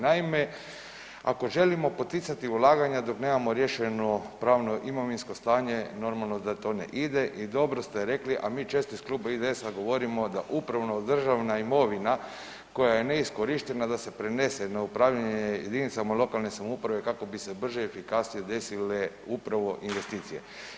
Naime, ako želimo poticati ulaganja dok nemamo riješeno pravno imovinsko stanje normalno da to ne ide i dobro ste rekli, a mi često iz Kluba IDS-a govorimo da upravo državna imovina koja je neiskorištena da se prenese na upravljanje jedinicama lokalne samouprave kako bi se brže i efikasnije desile upravo investicije.